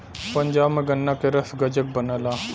पंजाब में गन्ना के रस गजक बनला